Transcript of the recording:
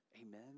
Amen